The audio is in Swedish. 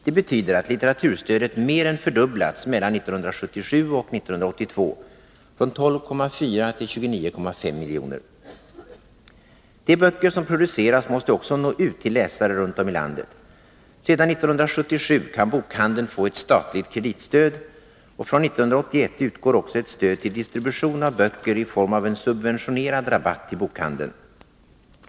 Det betyder att litteraturstödet mer än fördubblats mellan 1977 och 1982 — från 12,4 till 29,5 milj.kr. De böcker som produceras måste också nå ut till läsare runt om i landet. Sedan 1977 kan bokhandeln få ett statligt kreditstöd, och från 1981 utgår också ett stöd till distribution av böcker i form av en subventionerad rabatt till bokhandeln.